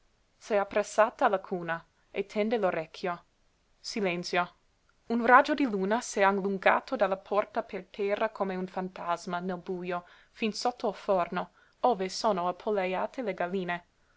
s'è appressata alla cuna e tende l'orecchio silenzio un raggio di luna s'è allungato dalla porta per terra come un fantasma nel bujo fin sotto il forno ove sono appollajate le galline